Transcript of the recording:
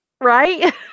right